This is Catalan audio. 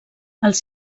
els